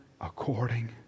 according